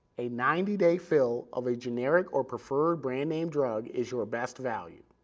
a ninety day fill of a generic or preferred brand-name drug is your best value.